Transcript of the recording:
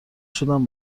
شدم